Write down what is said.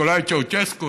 ניקולא צ'אושסקו,